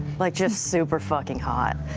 like just super fucking hot.